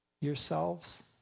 yourselves